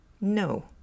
No